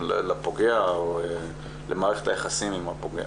לפוגע או למערכת היחסים עם הפוגע.